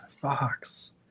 Fox